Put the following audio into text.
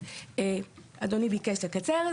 אדוני ביקש לקצר.